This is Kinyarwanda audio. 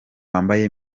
wambaye